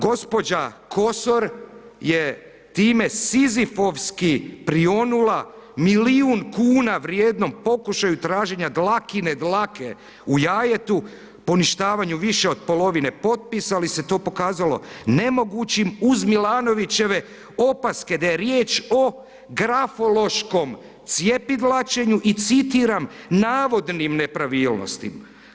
Gospođa Kosor je time sizifovski prionula milion kuna vrijednom pokušaju traženja dlakine dlake u jajetu poništavanju više od polovine potpisa, ali se to pokazalo nemogućim uz Milanovićeve opaske da je riječ o grafološkom cjepidlačenju i citiram navodim nepravilostima.